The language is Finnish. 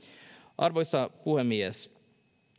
arvoisa puhemies